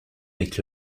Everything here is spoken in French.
avec